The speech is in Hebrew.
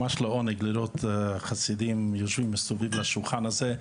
ממש לעונג לראות חסידים יושבים מסביב לשולחן הזה,